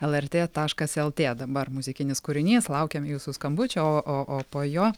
lrt taškas lt dabar muzikinis kūrinys laukiam jūsų skambučio o o o po jo